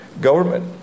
government